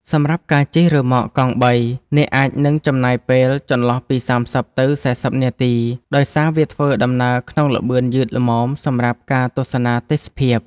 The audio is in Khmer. សម្រាប់ការជិះរ៉ឺម៉កកង់បី អ្នកអាចនឹងចំណាយពេលចន្លោះពី ៣០ ទៅ ៤០ នាទី ដោយសារវាធ្វើដំណើរក្នុងល្បឿនយឺតល្មមសម្រាប់ការទស្សនាទេសភាព។